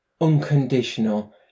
unconditional